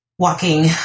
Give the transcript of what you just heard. walking